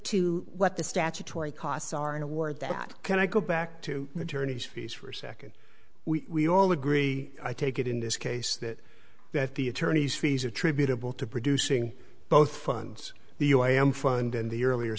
to what the statutory costs are in a war that can i go back to the attorney's fees for a second we all agree i take it in this case that that the attorney's fees attributable to producing both funds the you i am fund in the earlier